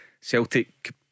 Celtic